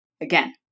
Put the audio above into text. again